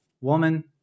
Woman